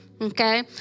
Okay